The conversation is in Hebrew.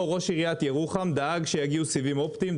ראש עיריית ירוחם הוא דאג שיגיעו סיבים אופטיים,